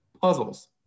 puzzles